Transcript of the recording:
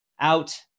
Out